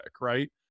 right